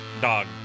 Dog